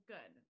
Good